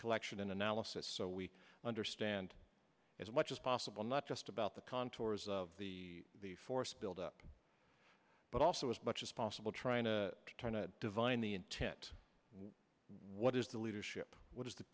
collection and analysis so we understand as much as possible not just about the contours of the the force buildup but also as much as possible trying to trying to divine the intent what is the leadership what is the